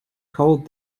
cold